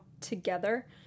together